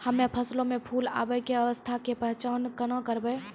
हम्मे फसलो मे फूल आबै के अवस्था के पहचान केना करबै?